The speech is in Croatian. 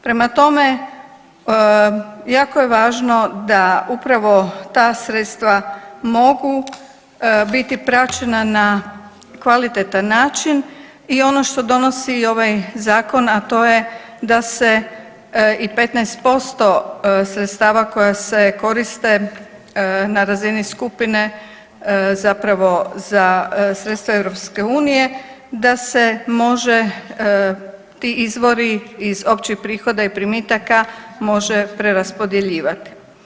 Prema tome, jako je važno da upravo ta sredstva mogu biti praćena na kvalitetan način i ono što donosi ovaj zakon, a to je da se i 15% sredstava koja se koriste na razini skupine zapravo za sredstva EU da se može ti izvori iz općih prihoda i primitaka može preraspodjeljivati.